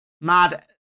mad